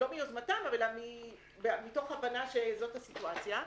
לא מיוזמתם אלא מתוך הבנה שזאת הסיטואציה.